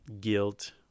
guilt